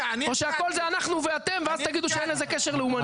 או שהכל זה אנחנו ואתם ואז תגידו שאין לזה קשר לאומני.